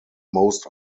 most